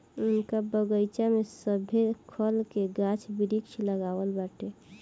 उनका बगइचा में सभे खल के गाछ वृक्ष लागल बाटे